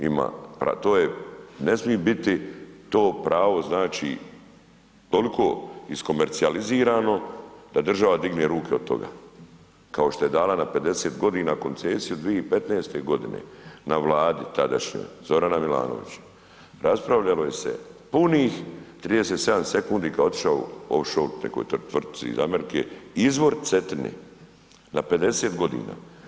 Ima, to je, ne smije biti to pravo znači toliko iskomercijalizirano da država digne ruke od toga kao što je dala na 50 godina koncesiju 2015. godine na Vladi tadašnjoj Zorana Milanovića, raspravljalo se punih 37 sekundi kada je otišao, offshore nekoj tvrtci iz Amerike izvor Cetine, na 50 godina.